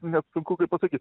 net sunku pasakyt